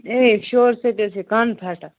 ہے شورٕ سۭتۍ حظ چھِ کَن پھَٹان